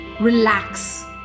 relax